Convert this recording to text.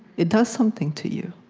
it does something to you.